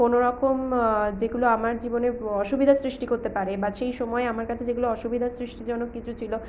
কোনো রকম যেগুলো আমার জীবনে অসুবিধার সৃষ্টি করতে পারে বা সেই সময়ে আমার কাছে যেগুলো অসুবিধার সৃষ্টিজনক কিছু ছিল